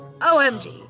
OMG